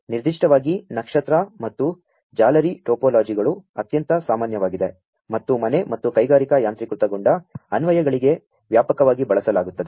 ನಿರ್ದಿ ಷ್ಟ ವಾ ಗಿ ನಕ್ಷತ್ರ ಮತ್ತು ಜಾ ಲರಿ ಟೊ ಪೊ ಲಾ ಜಿಗಳು ಅತ್ಯಂ ತ ಸಾ ಮಾ ನ್ಯ ವಾ ಗಿದೆ ಮತ್ತು ಮನೆ ಮತ್ತು ಕೈ ಗಾ ರಿಕಾ ಯಾಂ ತ್ರೀ ಕೃತಗೊಂ ಡ ಅನ್ವಯಗಳಿಗೆ ವ್ಯಾ ಪಕವಾ ಗಿ ಬಳಸಲಾ ಗು ತ್ತದೆ